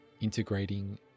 integrating